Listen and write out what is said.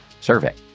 survey